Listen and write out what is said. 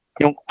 yung